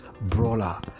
brawler